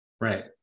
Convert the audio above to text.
Right